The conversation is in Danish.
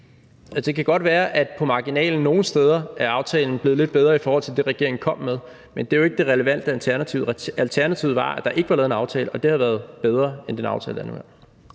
det kan godt være, at på marginalen nogle steder er aftalen blevet lidt bedre i forhold til det, regeringen kom med, men det er jo ikke det relevante alternativ. Alternativet var, at der ikke var lavet en aftale, og det havde været bedre end den aftale,